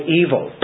evil